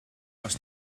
was